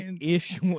Ish